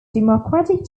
democratic